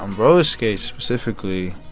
um roller skates specifically,